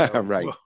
Right